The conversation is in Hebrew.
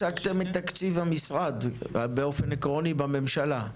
הצגתם את תקציב המשרד באופן עקרוני בממשלה?